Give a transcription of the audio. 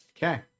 Okay